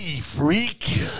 freak